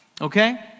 Okay